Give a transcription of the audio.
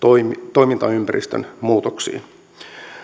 toimintaympäristön muutoksiin